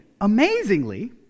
amazingly